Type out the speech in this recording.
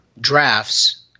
drafts